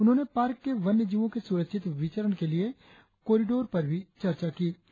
उन्होंने पार्क के वन्य जीवो के सुरक्षित विचरण के लिए कोरिडोर पर चर्चा की गई